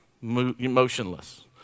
motionless